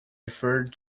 referred